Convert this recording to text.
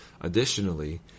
Additionally